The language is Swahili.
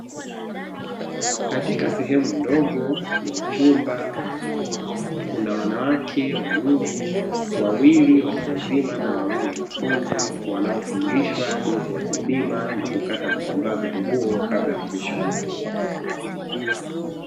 Katika sehemu ndogo ya chumba kuna wanawake wanne, wawili watuwazima na wawili wanafunzi wanaofundishwa jinsi ya kupima na kukata vitambaa vya nguo kabla ya kushona.